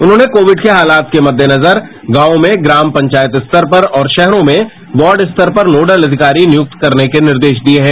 उन्होंने कोविद के हालात के महेनजर गांव में ग्राम पंचायत स्तर पर और शहरों में वार्ड स्तर पर नोडल अधिकारी नियुक्त करने के निर्देश दिए हैं